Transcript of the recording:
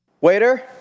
Waiter